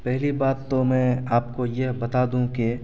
پہلی بات تو میں آپ کو یہ بتا دوں کہ